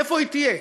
איפה היא תהיה?